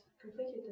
completely